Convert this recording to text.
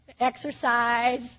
exercise